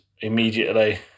immediately